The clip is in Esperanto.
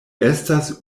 estas